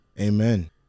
Amen